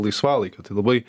laisvalaikio tai labai